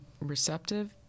receptive